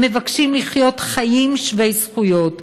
הם מבקשים לחיות חיים שווי זכויות,